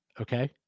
okay